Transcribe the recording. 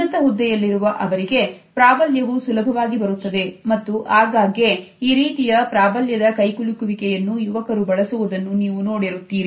ಉನ್ನತ ಹುದ್ದೆಯಲ್ಲಿರುವ ಅವರಿಗೆ ಪ್ರಾಬಲ್ಯವು ಸುಲಭವಾಗಿ ಬರುತ್ತದೆ ಮತ್ತು ಆಗಾಗ್ಗೆ ಈ ರೀತಿಯ ಪ್ರಾಬಲ್ಯದ ಕೈಕುಲುಕುವಿಕೆಯನ್ನು ಯುವಕರು ಬಳಸುವುದನ್ನು ನೀವು ನೋಡಿರುತ್ತೀರಿ